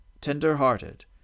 tender-hearted